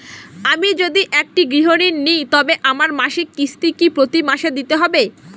আমি যদি একটি গৃহঋণ নিই তবে আমার মাসিক কিস্তি কি প্রতি মাসে দিতে হবে?